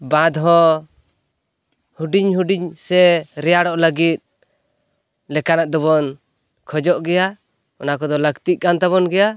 ᱵᱟᱸᱫᱽᱦᱚᱸ ᱦᱩᱰᱤᱧ ᱦᱩᱰᱤᱧ ᱥᱮ ᱨᱮᱭᱟᱲᱚᱜ ᱞᱟᱹᱜᱤᱫ ᱞᱮᱠᱟᱱᱟᱜ ᱫᱚ ᱵᱚᱱ ᱠᱷᱚᱡᱚᱜ ᱜᱮᱭᱟ ᱚᱱᱟ ᱠᱚᱫᱚ ᱞᱟᱹᱠᱛᱤᱜ ᱠᱟᱱ ᱛᱟᱵᱚᱱ ᱜᱮᱭᱟ